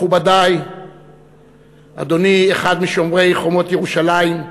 מכובדי, אדוני, אחד משומרי חומות ירושלים,